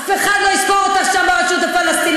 אף אחד לא יספור אותך שם, ברשות הפלסטינית.